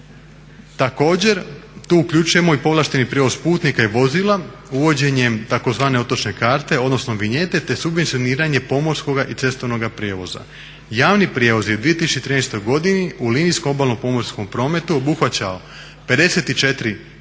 Također tu uključujemo i povlašteni prijevoz putnika i vozila uvođenjem tzv. otočne karte odnosno vinjete, te subvencioniranje pomorskoga i cestovnoga prijevoza. Javni prijevoz je u 2013. godini u linijskom obalnom pomorskom prometu obuhvaćao 54 državne